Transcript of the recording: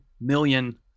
million